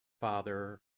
Father